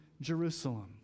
Jerusalem